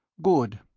good.